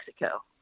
mexico